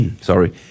Sorry